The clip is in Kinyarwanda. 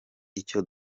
icyo